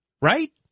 right